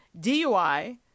DUI